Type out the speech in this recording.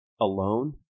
alone